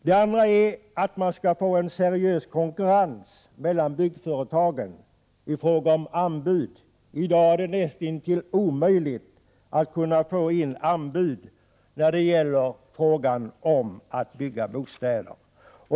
Det andra syftet är att åstadkomma en seriös konkurrens mellan byggföretagen i fråga om anbud. I dag är det näst intill omöjligt att få in anbud när det gäller bostadsbyggande.